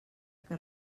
que